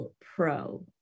Pro